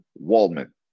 Waldman